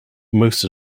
most